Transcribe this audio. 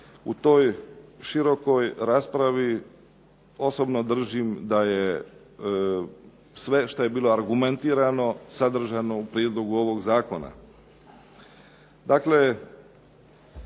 u toj širokoj raspravi osobno držim da sve što je bilo argumentirano sadržano u prijedlogu ovog zakona.